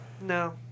No